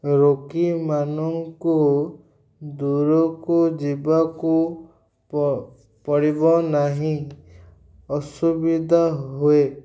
ରୋଗୀମାନଙ୍କୁ ଦୂରକୁ ଯିବାକୁ ପଡ଼ିବ ନାହିଁ ଅସୁବିଧା ହୁଏ